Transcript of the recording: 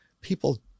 People